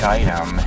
item